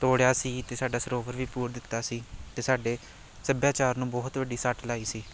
ਤੋੜਿਆ ਸੀ ਅਤੇ ਸਾਡਾ ਸਰੋਵਰ ਵੀ ਪੂਰ ਦਿੱਤਾ ਸੀ ਅਤੇ ਸਾਡੇ ਸੱਭਿਆਚਾਰ ਨੂੰ ਬਹੁਤ ਵੱਡੀ ਸੱਟ ਲਾਈ ਸੀ